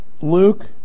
Luke